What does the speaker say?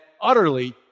utterly